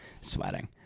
sweating